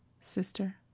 Sister